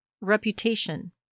reputation